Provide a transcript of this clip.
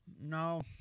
No